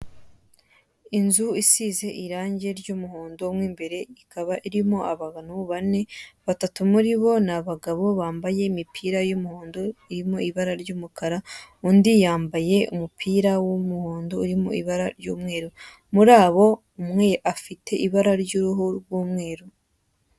Inzu isize irangi ry'umuhondo, mo imbere ikaba irimo abagabo bane, batatu muribo ni abagabo bambaye imipira y'umuhondo irimo ibara ry'umukara, undi yambaye umupira w'umuhondo urimo ibara ry'umweru, muri abo umwe afite ibara ry'uruhu rw'umweru.